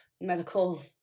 medical